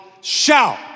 shout